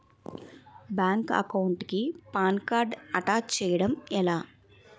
Bank account కి PAN card attach చేయడం ఎలా?